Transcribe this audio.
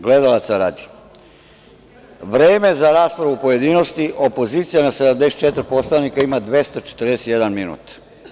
Gledalaca radi, vreme za raspravu u pojedinosti, opozicija na 74 poslanika ima 241 minut.